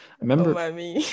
remember